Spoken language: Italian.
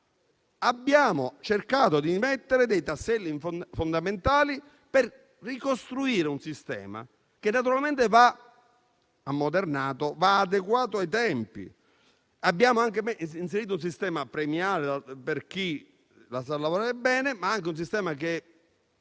Abbiamo cercato di mettere dei tasselli fondamentali per ricostruire un sistema che naturalmente va ammodernato e adeguato ai tempi. Abbiamo anche inserito un sistema premiale per chi sa lavorare bene, ma anche un sistema che